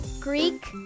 Greek